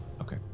okay